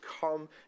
come